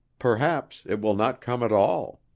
perhaps it will not come at all!